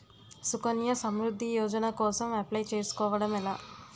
సుకన్య సమృద్ధి యోజన కోసం అప్లయ్ చేసుకోవడం ఎలా?